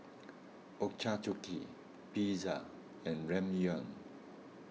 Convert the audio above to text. Ochazuke Pizza and Ramyeon